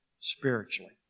spiritually